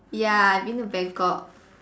ya I've been to Bangkok